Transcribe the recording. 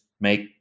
make